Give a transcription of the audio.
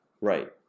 Right